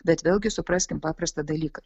bet vėlgi supraskim paprastą dalyką